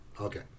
Okay